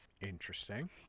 Interesting